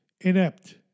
inept